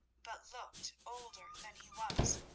but looked older than he was,